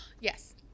Yes